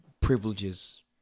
privileges